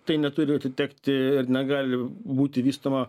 tai neturi atitekti ir negali būti vystoma